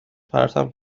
پرتم